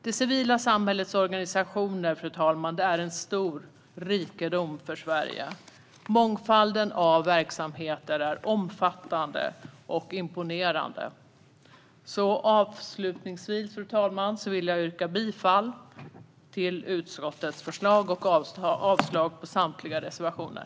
Det civila samhällets organisationer är en stor rikedom för Sverige. Mångfalden av verksamheter är omfattande och imponerande. Avslutningsvis vill jag yrka bifall till utskottets förslag och avslag på samtliga reservationer.